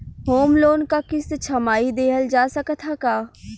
Home loan क किस्त छमाही देहल जा सकत ह का?